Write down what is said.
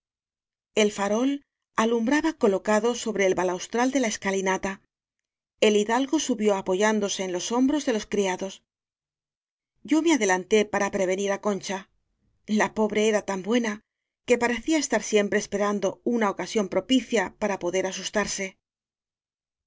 fa rol alumbraba colocado sobre el balaustral de la escalinata el hidalgo subió apoyándose en los hombros de los criados yo me ade lanté para prevenir á concha la pobre era tan buena que parecía estar siempre esperan do una ocasión propicia para poder asustarse